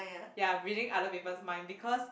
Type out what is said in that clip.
ya reading other people's mind because